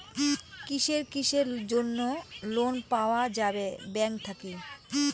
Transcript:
কিসের কিসের জন্যে লোন পাওয়া যাবে ব্যাংক থাকি?